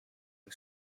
che